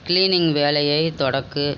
cleaning வேலையை தொடக்கு